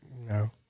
No